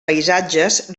paisatges